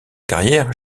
carrière